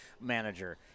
manager